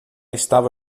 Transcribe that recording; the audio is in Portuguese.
estava